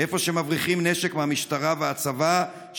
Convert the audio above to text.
איפה שמבריחים נשק מהמשטרה ומהצבא,